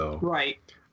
Right